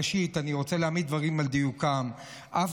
ראשית אני רוצה להעמיד דברים על דיוקם: אף